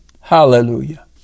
Hallelujah